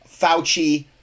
fauci